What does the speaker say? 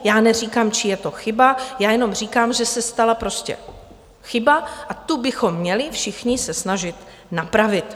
Já neříkám, čí je to chyba, jenom říkám, že se stala prostě chyba a tu bychom měli všichni se snažit napravit.